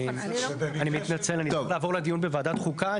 אני מתנצל, אני צריך לעבור לדיון בוועדת חוקה.